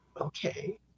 okay